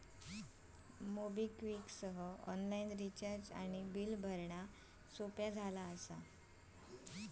MobiKwik सह online recharge आणि bill भरणा सोपा झाला असा